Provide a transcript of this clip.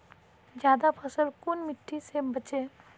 ज्यादा फसल कुन मिट्टी से बेचे?